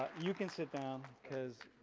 you can sit down because.